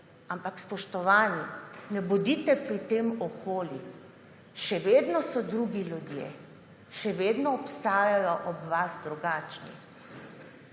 Ampak, spoštovani, ne bodite pri tem oholi. Še vedno so drugi ljudje. Še vedno obstajajo ob vas drugačni.